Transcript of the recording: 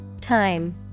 Time